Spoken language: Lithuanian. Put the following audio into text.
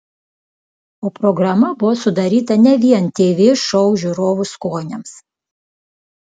o programa buvo sudaryta ne vien tv šou žiūrovų skoniams